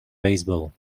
baseball